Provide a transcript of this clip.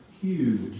huge